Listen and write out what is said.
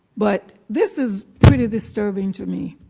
but this is pretty disturbing to me,